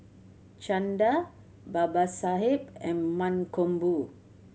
Chanda Babasaheb and Mankombu